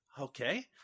Okay